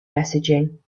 messaging